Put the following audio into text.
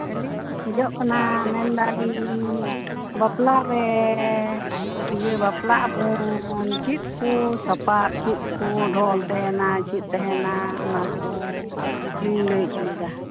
ᱟᱞᱤᱧ ᱞᱤᱧ ᱠᱷᱚᱡᱚᱜ ᱠᱟᱱᱟ ᱢᱮᱱ ᱫᱟᱞᱤᱧ ᱵᱟᱯᱞᱟ ᱨᱮ ᱤᱭᱟᱹ ᱵᱟᱯᱞᱟ ᱟᱵᱚᱱ ᱪᱮᱫᱠᱚ ᱥᱟᱯᱟᱵ ᱪᱮᱫᱠᱚ ᱰᱷᱚᱞ ᱛᱟᱦᱮᱱᱟ ᱪᱮᱫ ᱛᱟᱦᱮᱱᱟ ᱚᱱᱟᱠᱚ ᱞᱤᱧ ᱞᱟᱹᱭ ᱚᱪᱚᱭᱫᱟ